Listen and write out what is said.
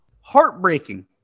Heartbreaking